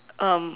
um